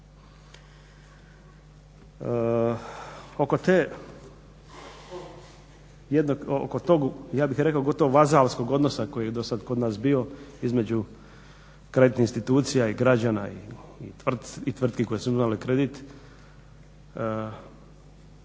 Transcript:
Oko tog ja bih rekao gotovo vazalskog odnosa koji je do sad kod nas bio između kreditnih institucija i građana i tvrtki koje su uzimale kredit